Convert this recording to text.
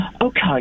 Okay